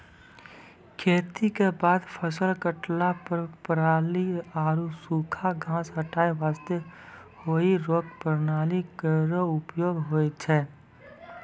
खेती क बाद फसल काटला पर पराली आरु सूखा घास हटाय वास्ते हेई रेक प्रणाली केरो उपयोग होय छै